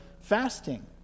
fasting